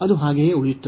ಅದು ಹಾಗೆಯೇ ಉಳಿಯುತ್ತದೆ